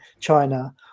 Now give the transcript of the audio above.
China